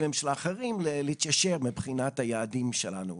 ממשלה אחרים להתיישר מבחינת היעדים שלנו.